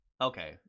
Okay